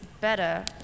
better